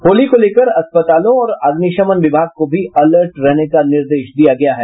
होली को लेकर अस्पतालों और अग्निशमन विभाग को भी अलर्ट रहने का निर्देश दिया गया है